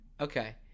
Okay